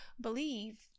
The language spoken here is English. believe